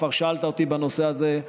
כבר שאלת אותי בנושא הזה.